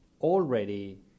already